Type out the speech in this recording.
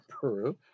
Peru